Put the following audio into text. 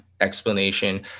explanation